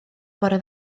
bore